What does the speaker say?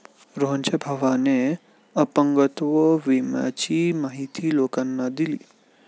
रोहनच्या भावाने अपंगत्व विम्याची माहिती लोकांना दिली